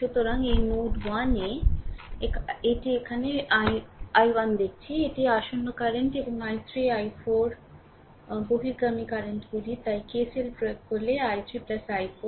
সুতরাং এই নোড 1 এ এটি এখানে i1 দেখছি এটি আসন্ন কারেন্ট এবং i3 i4 বহির্গামী কারেন্টগুলি তাই KCL প্রয়োগ করলে i3 i4